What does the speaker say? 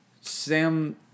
Sam